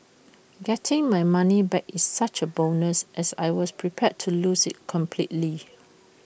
getting my money back is such A bonus as I was prepared to lose IT completely